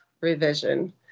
revision